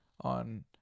on